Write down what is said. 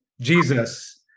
Jesus